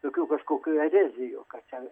tokių kažkokių erezijų kad čia